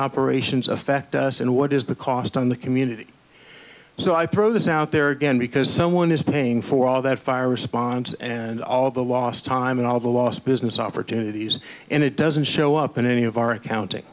operations affect us and what is the cost on the community so i throw this out there again because someone is paying for all that fire response and all the last time in all of the lost business opportunities and it doesn't show up in any of our accounting